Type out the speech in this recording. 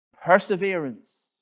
perseverance